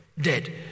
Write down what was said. dead